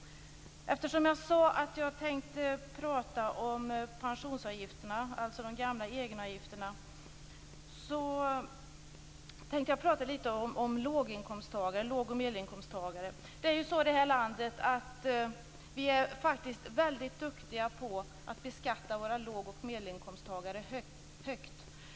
Eftersom jag tänkte prata om pensionsavgifterna, alltså de gamla egenavgifterna, skall jag också säga något om låg och medelinkomsttagare. I det här landet är vi faktiskt väldigt duktiga på att beskatta våra låg och medelinkomsttagare högt.